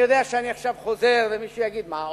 אני יודע שאני עכשיו חוזר ומישהו יגיד: מה,